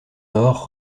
nord